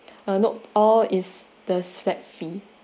uh nope all is the flat fee